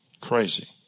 Crazy